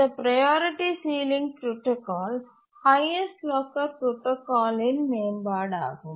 இந்த priority ceiling protocol highest locker புரோடாகாலின் மேம்பாடு ஆகும்